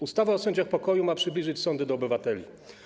Ustawa o sędziach pokoju ma przybliżyć sądy do obywateli.